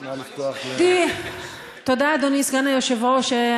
תודה, אדוני סגן היושב-ראש.